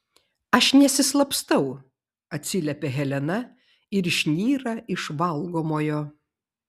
aš nesislapstau atsiliepia helena ir išnyra iš valgomojo